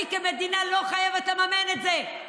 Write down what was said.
אני, כמדינה, לא חייבת לממן את זה.